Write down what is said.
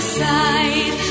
side